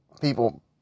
people